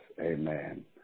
Amen